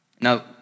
Now